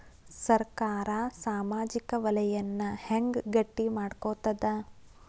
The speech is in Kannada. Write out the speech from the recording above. ಸರ್ಕಾರಾ ಸಾಮಾಜಿಕ ವಲಯನ್ನ ಹೆಂಗ್ ಗಟ್ಟಿ ಮಾಡ್ಕೋತದ?